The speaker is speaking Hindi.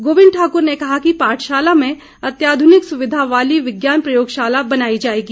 गोबिंद ठाकुर ने कहा कि पाठशाला में अत्याधुनिक सुविधा वाली विज्ञान प्रयोगशाला बनाई जाएगी